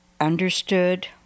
understood